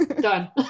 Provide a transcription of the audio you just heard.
Done